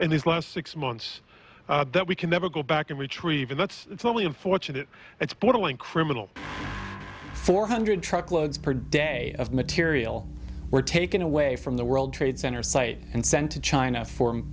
in these last six months that we can never go back and retrieve and that's it's only unfortunate it's borderline criminal four hundred truckloads per day of material were taken away from the world trade center site and sent to china for